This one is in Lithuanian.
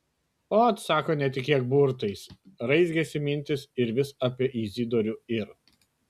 ot sako netikėk burtais raizgėsi mintys ir vis apie izidorių ir